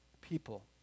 people